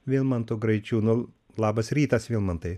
vilmantu graičiūnu labas rytas vilmantai